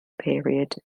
period